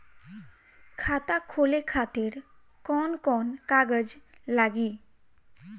खाता खोले खातिर कौन कौन कागज लागी?